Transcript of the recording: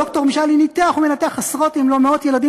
ד"ר משאלי ניתח ומנתח עשרות אם לא מאות ילדים